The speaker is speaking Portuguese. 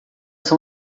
são